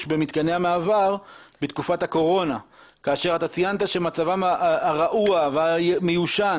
במתקני המעבר בתקופת הקורונה כאשר אתה ציינת שמצבם הרעוע והמיושן